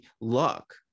luck